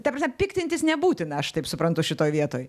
ta prasme piktintis nebūtina aš taip suprantu šitoj vietoj